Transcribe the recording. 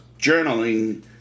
journaling